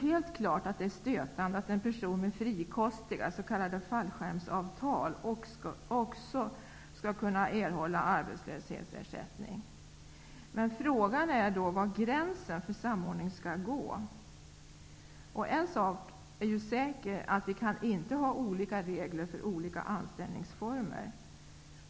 Helt klart är det stötande att en person med frikostiga s.k. fallskärmsavtal också skall kunna erhålla arbetslöshetsersättning. Men frågan är var gränsen för samordning skall gå. En sak är säker, nämligen att vi inte kan ha olika regler för olika anställningsformer.